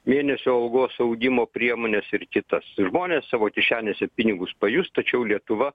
mėnesio algos augimo priemones ir kitas žmonės savo kišenėse pinigus pajus tačiau lietuva